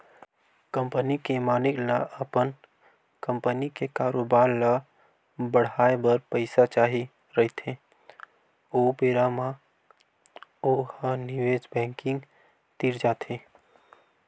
company के मालिक ल अपन कंपनी के कारोबार ल बड़हाए बर पइसा चाही रहिथे ओ बेरा म ओ ह निवेस बेंकिग तीर जाथे